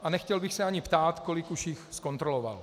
A nechtěl bych se ani ptát, kolik už jich zkontroloval.